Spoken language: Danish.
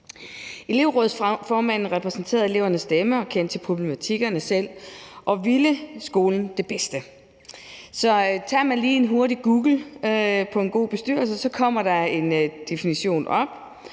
Elevrådsformanden repræsenterede elevernes stemme og kendte til problematikkerne selv og ville skolens bedste. Laver man lige en hurtig googlesøgning på »en god bestyrelse«, kommer der en definition op: